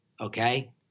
Okay